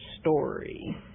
story